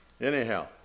anyhow